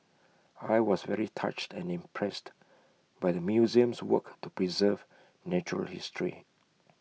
I was very touched and impressed by the museum's work to preserve natural history